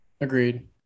agreed